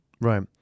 Right